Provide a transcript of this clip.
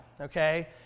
okay